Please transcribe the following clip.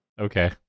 Okay